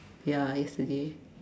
ya yesterday